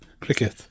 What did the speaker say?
cricket